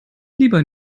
lieber